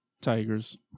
tigers